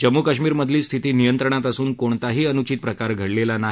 जम्मू काश्मिर मधली स्थिती नियंत्रणात असून कोणताही अनुचित प्रकार घडलेला नाही